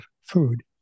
food